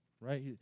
right